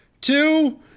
two